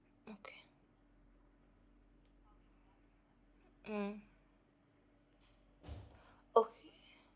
okay mm okay